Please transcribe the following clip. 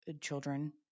children